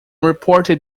reported